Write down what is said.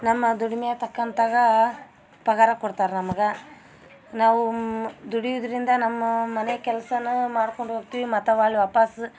ನಮ್ಮ ದುಡಿಮೆ ತಕ್ಕಂತಗಾ ಪಗರ ಕೊಡ್ತಾರೆ ನಮ್ಗೆ ನಾವು ದುಡಿಯುದರಿಂದ ನಮ್ಮೂ ಮನೆ ಕೆಲ್ಸನ ಮಾಡ್ಕೊಂಡು ಹೋಗ್ತಿವಿ ಮತ್ತವ ಅಲ್ಲಿ ವಾಪಾಸ್